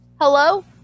Hello